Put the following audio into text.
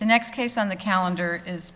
the next case on the calendar is